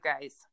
guys